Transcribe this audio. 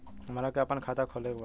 हमरा के अपना खाता खोले के बा?